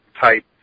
type